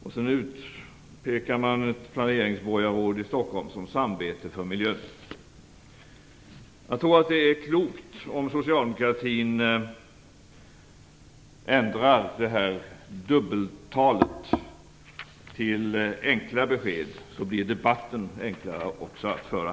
Vidare utpekar man ett planeringsborgarråd i Stockholm som samvete för miljön. Jag tror att det vore klokt om socialdemokratin ändrade det här dubbeltalet till enkla besked. Då blir debatten också enklare att föra.